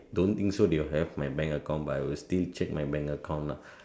don't think so they will have my bank account but I will still my bank account lah